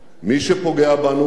מי שפוגע בנו,